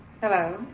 Hello